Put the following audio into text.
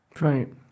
Right